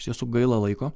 iš tiesų gaila laiko